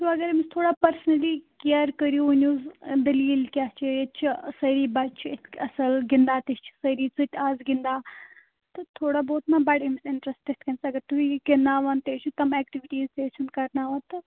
سُہ اگر أمِس تھوڑا پٔرسنٔلی کِیَر کٔرِو ؤنِو دٔلیٖل کیٛاہ چھِ ییٚتہِ چھِ سٲری بَچہٕ چھِ اِتھ اَصٕل گِنٛدان تہِ چھِ سٲری ژٕ تہِ آس گِنٛدان تہٕ تھوڑا بہت ما بَڈِ أمِس اِنٹرٛسٹہٕ تِتھٕ کٔنۍ اگر تُہۍ گِنٛدٕناوان تہِ ٲسِو تِم ایٚکٹیٛوٗٹیٖز تہِ ٲسِو کَرٕناوان تہٕ